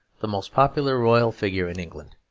the most popular royal figure in england.